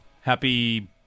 happy